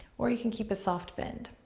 or you can keep a soft bend.